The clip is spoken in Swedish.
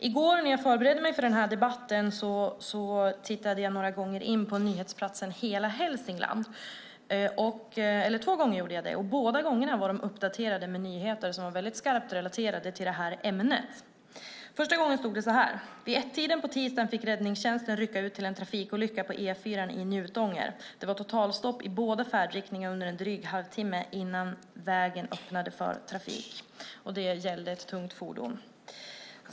I går, när jag förberedde mig för debatten, tittade jag två gånger in på nyhetsplatsen Hela Hälsingland. Båda gångerna var den uppdaterad med nyheter som var skarpt relaterade till detta ämne. Den första gången stod det så här: "Vid ett-tiden på tisdagen fick räddningstjänsten rycka ut till en trafikolycka på E4 i Njutånger. Det var totalstopp i båda färdriktningarna under en dryg halvtimme innan vägen öppnades för trafik." Det gällde ett tungt fordon.